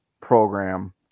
program